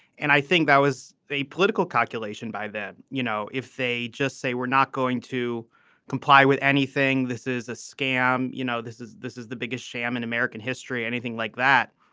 and i think that was a political calculation by that. you know if they just say we're not going to comply with anything this is a scam. you know this is this is the biggest sham in american history or anything like that.